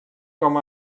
com